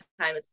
time